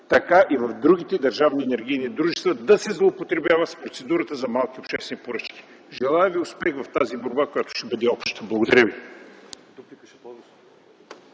така и в другите държавни енергийни дружества, да се злоупотребява с процедурата за малки обществени поръчки. Желая Ви успех в тази борба, която ще бъде обща! Благодаря ви.